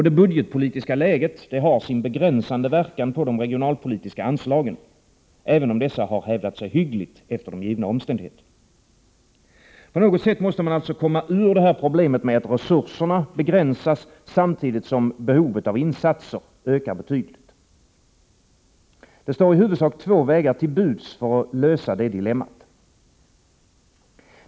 Det budgetpolitiska läget har sin begränsande verkan på de regionalpolitiska anslagen, även om dessa har hävdat sig hyggligt efter de givna omständigheterna. På något sätt måste man alltså komma ur problemet med att resurserna begränsas samtidigt som behovet av insatser ökar betydligt. Det står i huvudsak två vägar till buds för att lösa det dilemmat.